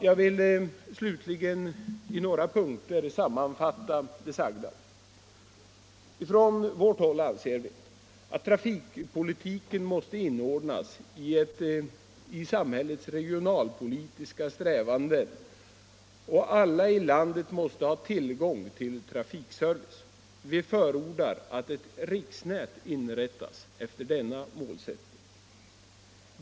Jag vill slutligen i några punkter sammanfatta det sagda. Från vårt håll anser vi att trafikpolitiken måste inordnas i samhällets regionalpolitiska strävanden och att alla i landet måste ha tillgång till trafikservice. Vi förordar att ett riksnät inrättas efter denna målsättning.